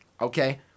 okay